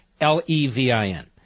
L-E-V-I-N